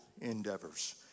endeavors